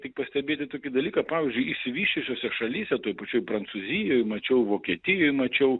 tik pastebėti tokį dalyką pavyzdžiui išsivysčiusiose šalyse toj pačioj prancūzijoj mačiau vokietijoj mačiau